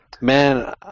Man